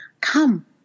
come